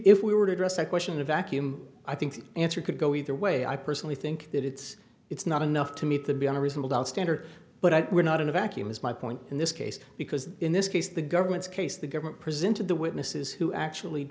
if we were to address that question in a vacuum i think the answer could go either way i personally think that it's it's not enough to meet the beyond a reasonable doubt standard but we're not in a vacuum is my point in this case because in this case the government's case the government presented the witnesses who actually